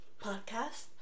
podcast